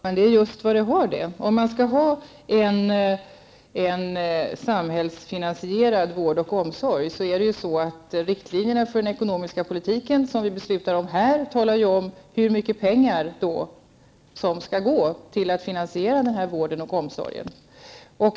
Herr talman! Det är just vad det har. Om vi skall ha en samhällsfinansierad vård och omsorg talar ju riktlinjerna för den ekonomiska politiken -- som vi beslutar om här -- om hur mycket pengar som då skall gå till finansieringen av den vården och omsorgen.